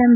M